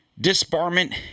disbarment